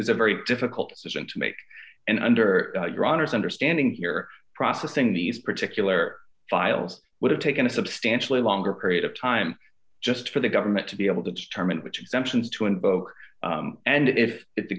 is a very difficult decision to make and under your honour's understanding here processing these particular files would have taken a substantially longer period of time just for the government to be able to determine which exemptions to invoke and if if the